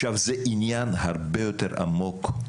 זה עניין הרבה יותר עמוק,